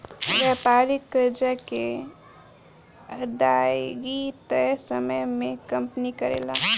व्यापारिक कर्जा के अदायगी तय समय में कंपनी करेले